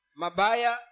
mabaya